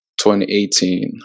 2018